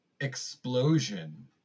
Explosion